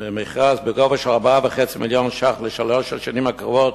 על-פי מכרז בגובה של 4.5 מיליוני שקלים לשלוש השנים הקרובות,